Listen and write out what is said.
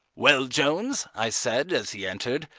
well, jones, i said as he entered,